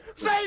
Say